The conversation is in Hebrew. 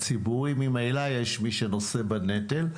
המגזר הציבורי ממילא יש מי שנושא בנטל,